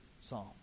Psalm